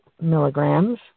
milligrams